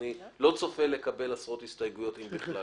אני לא צופה לקבל עשרות הסתייגויות, אם בכלל.